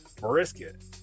brisket